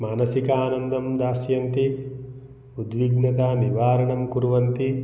मानसिकानन्दं दस्यन्ति उद्विग्नता निवारणं कुर्वन्ति